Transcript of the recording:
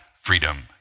freedom